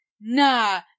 Nah